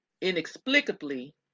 inexplicably